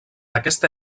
aquesta